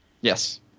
Yes